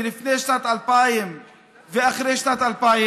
לפני שנת 2000 ואחרי שנת 2000,